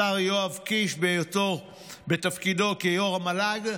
השר יואב קיש בתפקידו כיו"ר המל"ג,